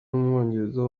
umwongereza